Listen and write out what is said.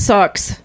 Sucks